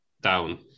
down